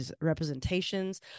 representations